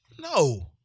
No